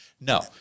No